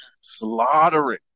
slaughtering